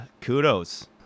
kudos